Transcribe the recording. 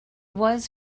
was